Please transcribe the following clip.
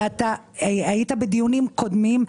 אתה היית בדיונים קודמים,